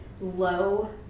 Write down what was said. low